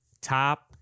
top